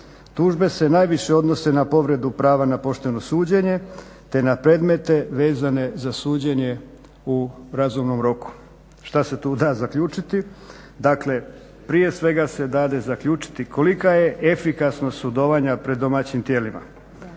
Tužbe se najviše odnose na povredu prava na pošteno suđenje te na predmete vezane za suđenje u razumnom roku. Šta se tu da zaključiti? Dakle prije svega se da zaključiti kolika je efikasnost sudovanja pred domaćim tijelima.